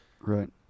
Right